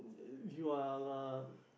if you are uh